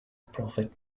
profit